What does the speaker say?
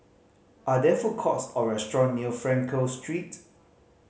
are there food courts or restaurant near Frankel Street